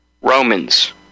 Romans